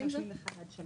תרשימים 1 עד 3